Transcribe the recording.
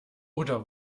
oder